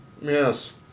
Yes